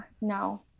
No